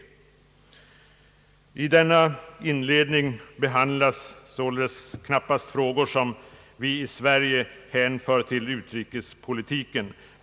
I denna inledning behandlas således knappast frågor som vi i Sverige hänför till utrikespolitiken.